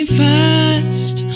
fast